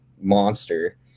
monster